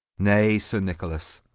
nay, sir nicholas,